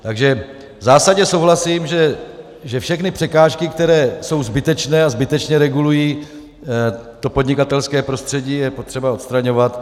Takže v zásadě souhlasím, že všechny překážky, které jsou zbytečné a zbytečně regulují podnikatelské prostředí, je potřeba odstraňovat.